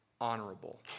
honorable